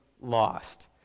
lost